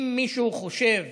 אם מישהו חושב